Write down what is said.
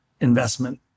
investment